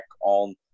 on